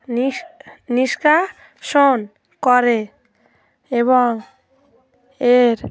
নিষ্কাসন করে এবং এর